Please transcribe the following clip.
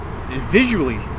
visually